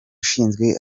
ushinzwe